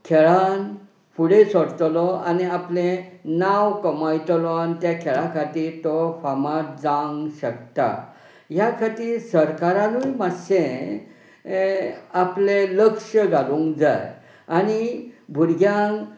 खेळान फुडें सरतलो आनी आपलें नांव कमयतलो आनी त्या खेळा खातीर तो फामाद जावंक शकता ह्या खातीर सरकारानूय मातशें आपलें लक्ष घालूंक जाय आनी भुरग्यांक